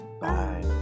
Bye